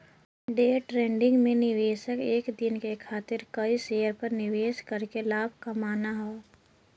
day trading में निवेशक एक दिन के खातिर कई शेयर पर निवेश करके लाभ कमाना हौ